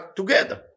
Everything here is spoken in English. together